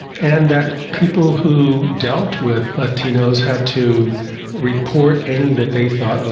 and that people who dealt with latinos had to report any that they thought,